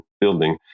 building